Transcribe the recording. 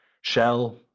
Shell